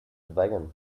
vegan